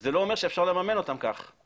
זה לא אומר שאפשר לממן אותן כך.